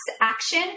action